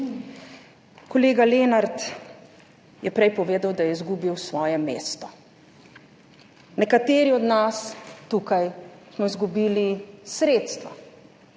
Kolega Lenart je prej povedal, da je izgubil svoje mesto, nekateri od nas tukaj smo izgubili sredstva,